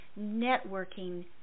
networking